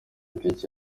tike